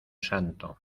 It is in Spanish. santo